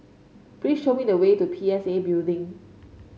please show me the way to P S A Building